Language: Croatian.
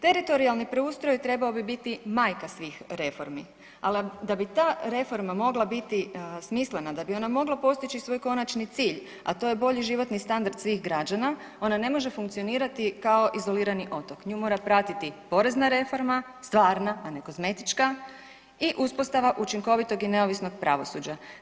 Teritorijalni preustroj trebao bi biti majka svih reformi, ali da bi ta reforma mogla biti smislena, da bi ona mogla postići svoj konačni cilj a to je bolji životni standard svih građana, ona ne može funkcionirati kao izolirani otok, nju mora pratiti porezna reforma, stvarna a ne kozmetička i uspostava učinkovitog i neovisnog pravosuđa.